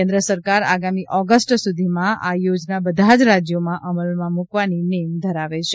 કેન્દ્ર સરકાર આગામી ઓગસ્ટ સૂધિમાં આ યોજના બધા જ રાજ્યોમાં અમલમાં મુકવાની નેમ ધરાવે છે